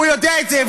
הוא יודע את זה,